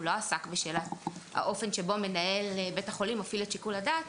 הוא לא עסק בשאלת האופן שבו מנהל בית החולים מפעיל את שיקול הדעת,